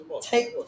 take